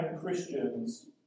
Christians